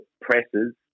presses